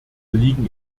liegen